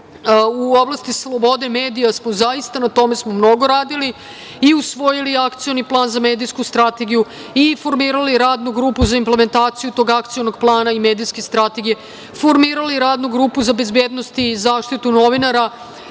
u oblasti slobode medija smo zaista na tome mnogo radili, i usvojili Akcioni plan za medijsku strategiju i formirali Radnu grupu za implementaciju tog Akcionog plana i medijske strategije. Formirali radnu grupu za bezbednost i zaštitu novinara.